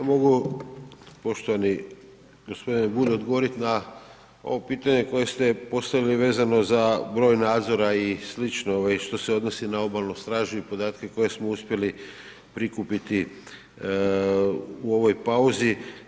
Ja mogu poštovani gospodine Bulj odgovoriti na ovo pitanje koje ste postavili vezano za broj nadzora i slično što se odnosi na obalnu stražu i podatke koje smo uspjeli prikupiti u ovoj pauzi.